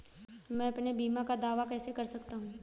मैं अपने बीमा का दावा कैसे कर सकता हूँ?